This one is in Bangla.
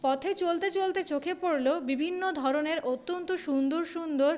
পথে চলতে চলতে চোখে পড়ল বিভিন্ন ধরনের অত্যন্ত সুন্দর সুন্দর